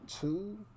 two